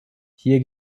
hier